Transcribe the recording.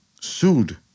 sued